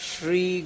Shri